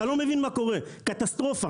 אתה לא מבין מה קורה, קטסטרופה.